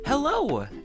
Hello